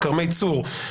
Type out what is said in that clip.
כרמי צור,